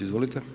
Izvolite.